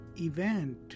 event